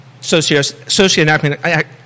socioeconomic